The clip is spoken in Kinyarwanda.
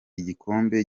igikombe